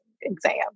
exam